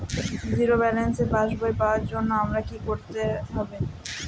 Zero ব্যালেন্সের পাসবই পাওয়ার জন্য আমায় কী করতে হবে?